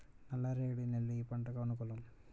నల్లరేగడి నేలలు ఏ పంటలకు అనుకూలం?